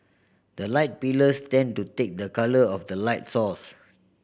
the light pillars tend to take the colour of the light source